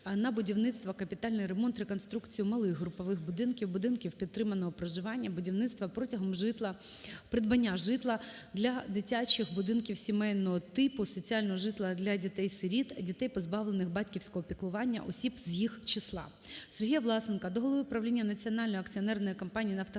на будівництво, капітальний ремонт, реконструкцію малих групових будинків, будинків підтриманого проживання, будівництво, придбання житла для дитячих будинків сімейного типу, соціального житла для дітей-сиріт, дітей, позбавлених батьківського піклування, осіб з їх числа. Сергія Власенка до голови правління Національної акціонерної компанії "Нафтогаз